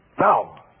Now